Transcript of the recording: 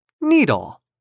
needle